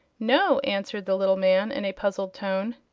no, answered the little man, in a puzzled tone.